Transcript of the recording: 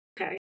Okay